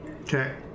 okay